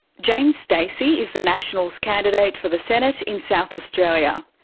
james stacey is the nationals' candidate for the senate in south australia.